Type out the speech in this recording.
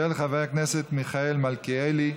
של חבר הכנסת מיכאל מלכיאלי.